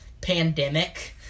pandemic